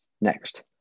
Next